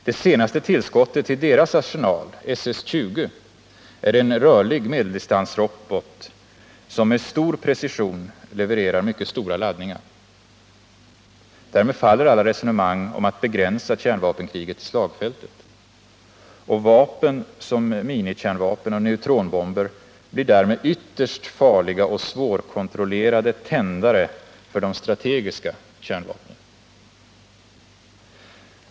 Det senaste tillskottet i deras arsenal, SS 20, är en rörlig medeldistansrobot som med stor precision levererar mycket stora laddningar. Därmed faller alla resonemang om att begränsa kärnvapenkriget till slagfältet. Och vapen som minikärnvapen och neutronbomber blir därmed ytterst farliga och svårkontrollerade tändare för de strategiska kärnvapnen.